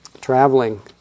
traveling